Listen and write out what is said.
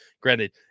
granted